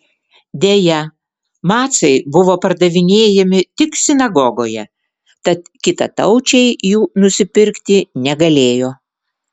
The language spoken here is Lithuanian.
deja macai buvo pardavinėjami tik sinagogoje tad kitataučiai jų nusipirkti negalėjo